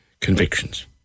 convictions